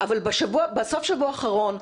אבל בסוף השבוע האחרון,